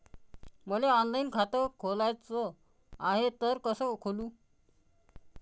मले ऑनलाईन खातं खोलाचं हाय तर कस खोलू?